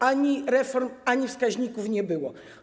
Ani reform, ani wskaźników nie było.